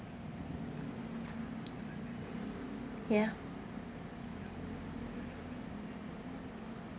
ya